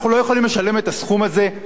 אנחנו לא יכולים לשלם את הסכום הזה,